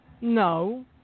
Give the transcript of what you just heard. No